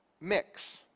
mix